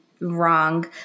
wrong